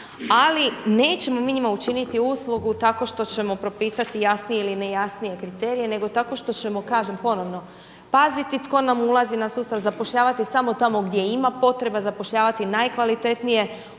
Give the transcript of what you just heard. ali nećemo mi njima učiniti uslugu tako što ćemo propisati jasnije ili ne jasnije kriterije nego tako što ćemo kažem ponovno paziti tko nam ulazi na sustav, zapošljavati samo tamo gdje ima potreba, zapošljavati najkvalitetnije,